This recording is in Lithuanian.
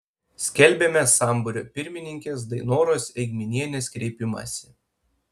skelbiame sambūrio pirmininkės dainoros eigminienės kreipimąsi